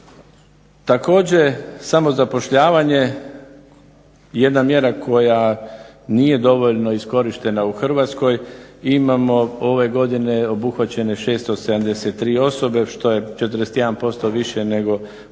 Također, samozapošljavanje je jedna mjera koja nije dovoljno iskorištena u Hrvatskoj. Imamo ove godine obuhvaćene 673 osobe, što je 41% više nego prošle